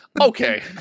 Okay